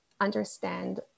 understand